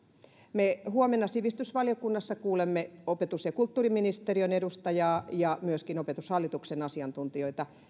me huomenna sivistysvaliokunnassa kuulemme opetus ja kulttuuriministeriön edustajaa ja myöskin opetushallituksen asiantuntijoita